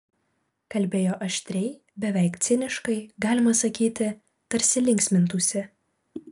kalbėjo aštriai beveik ciniškai galima sakyti tarsi linksmintųsi